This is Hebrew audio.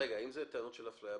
אם אלה טענות של אפליה,